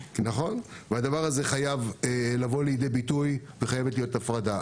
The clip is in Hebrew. הדבר הזה חייב לבוא לידי ביטוי וחייבת להיות הפרדה.